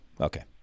okay